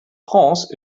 prince